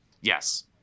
Yes